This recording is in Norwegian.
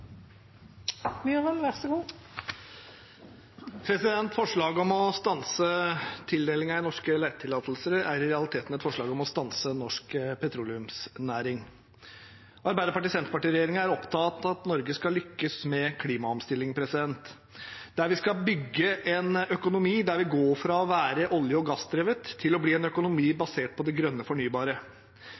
Forslaget om å stanse tildelingen av norske letetillatelser er i realiteten et forslag om å stanse norsk petroleumsnæring. Arbeiderparti–Senterparti-regjeringen er opptatt av at Norge skal lykkes med klimaomstilling. Vi skal bygge en økonomi der vi går fra å være olje- og gassdrevet til å bli en økonomi basert på det grønne, fornybare.